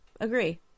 agree